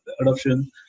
adoption